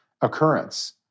occurrence